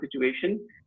situation